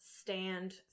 stand